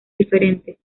diferentes